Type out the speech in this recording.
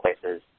places